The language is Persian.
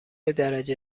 درجه